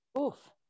oof